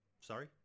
sorry